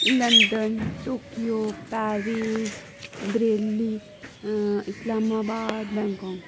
London Tokyo Paris Bareilly Islamabad Bangkok